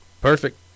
Perfect